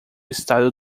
estado